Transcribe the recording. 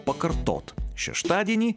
pakartot šeštadienį